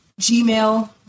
gmail